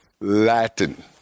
Latin